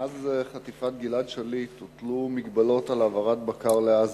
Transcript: מאז חטיפת שליט הוטלו מגבלות על העברת בקר לעזה.